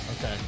Okay